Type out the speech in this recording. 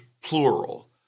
plural